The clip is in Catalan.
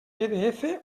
pdf